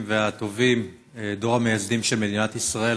והטובים מדור המייסדים של מדינת ישראל.